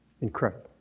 Incredible